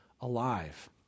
alive